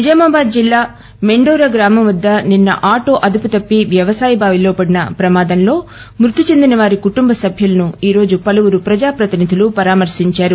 నిజామాబాద్ జిల్లా మెండోరా గ్రామం వద్ద నిన్న ఆటో అదుపుతప్పి వ్యవసాయ బావిలో పడిన ప్రమాదంలో మృతిచెందిన వారి కుటుంబ సభ్యులను పలువురు ప్రజాప్రతినిధులు ఈ రోజు పరామర్శించారు